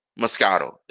Moscato